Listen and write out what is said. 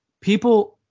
people